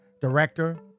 director